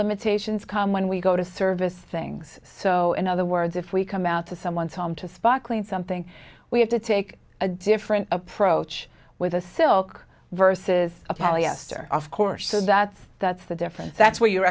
limitations come when we go service things so in other words if we come out to someone's home to spot clean something we have to take a different approach with a silk versus a polyester of course is that that's the difference that's where your